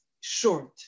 Short